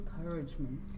Encouragement